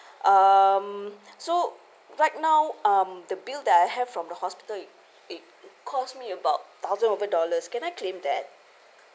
um so right now um the bill that I have from the hospital it cost me about thousand over dollars can I claim that